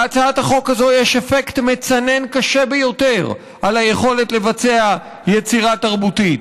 להצעת החוק הזאת יש אפקט מצנן קשה ביותר על היכולת לבצע יצירה תרבותית.